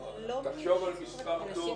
עכשיו אנחנו מדברים על מקרי קצה.